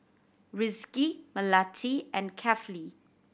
Rizqi Melati and Kefli